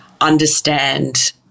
understand